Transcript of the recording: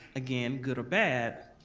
again good or bad,